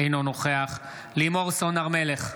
אינו נוכח לימור סון הר מלך,